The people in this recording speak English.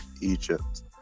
Egypt